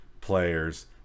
players